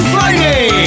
Friday